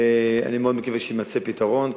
אני מאוד מקווה שיימצא פתרון,